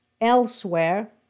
elsewhere